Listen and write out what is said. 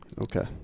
Okay